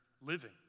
living